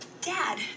Dad